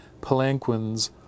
palanquins